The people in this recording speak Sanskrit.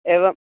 एवं